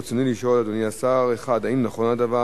רצוני לשאול, אדוני השר: 1. האם נכון הדבר?